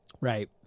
Right